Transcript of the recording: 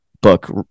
book